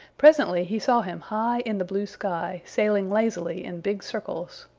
presently he saw him high in the blue sky, sailing lazily in big circles.